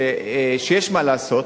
שיש מה לעשות.